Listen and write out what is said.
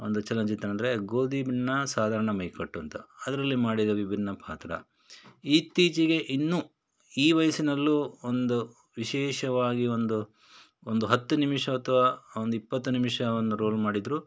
ಒಂದು ಚಲನಚಿತ್ರ ಅಂದರೆ ಗೋಧಿ ಬಣ್ಣ ಸಾಧಾರಣ ಮೈಕಟ್ಟು ಅಂತ ಅದರಲ್ಲಿ ಮಾಡಿದ ವಿಭಿನ್ನ ಪಾತ್ರ ಇತ್ತೀಚೆಗೆ ಇನ್ನೂ ಈ ವಯಸ್ಸಿನಲ್ಲೂ ಒಂದು ವಿಶೇಷವಾಗಿ ಒಂದು ಒಂದು ಹತ್ತು ನಿಮಿಷ ಅಥವಾ ಒಂದು ಇಪ್ಪತ್ತು ನಿಮಿಷ ಒಂದು ರೋಲ್ ಮಾಡಿದ್ದರು